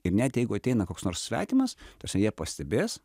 ir net jeigu ateina koks nors svetimas ta prasme jie pastebės